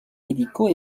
médicaux